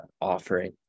offering